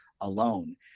alone